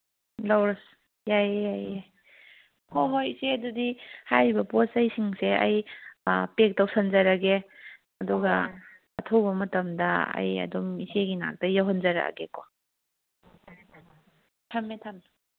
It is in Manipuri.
ꯌꯥꯏꯌꯦ ꯌꯥꯏꯌꯦ ꯍꯣꯏ ꯍꯣꯏ ꯏꯆꯦ ꯑꯗꯨꯗꯤ ꯍꯥꯏꯔꯤꯕ ꯄꯣꯠ ꯆꯩꯁꯤꯡꯁꯦ ꯑꯩ ꯄꯦꯛ ꯇꯧꯁꯤꯟꯖꯔꯛꯑꯒꯦ ꯑꯗꯨꯒ ꯑꯊꯨꯕ ꯃꯇꯝꯗ ꯑꯩ ꯑꯗꯨꯝ ꯏꯆꯦꯒꯤ ꯅꯥꯛꯇ ꯌꯧꯍꯟꯖꯔꯛꯑꯒꯦꯀꯣ ꯊꯝꯃꯦ ꯊꯝꯃꯦ